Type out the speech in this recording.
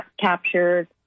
captured